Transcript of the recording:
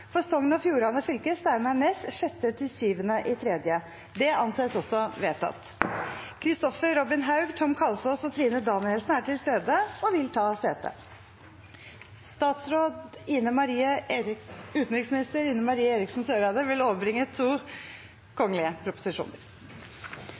For Sogn og Fjordane fylke: Steinar Ness 6.–7. mars Kristoffer Robin Haug, Tom Kalsås og Trine Danielsen er til stede og vil ta sete. Representanten Kristoffer Robin Haug vil fremsette to